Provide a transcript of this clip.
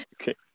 Okay